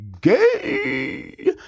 Gay